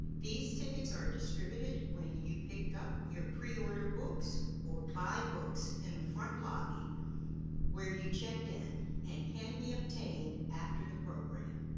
these tickets are distributed when you pick up your pre-ordered folks or buy books in the front lobby where you checked in and can be obtained after the program.